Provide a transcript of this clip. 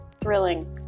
thrilling